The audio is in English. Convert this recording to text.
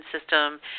system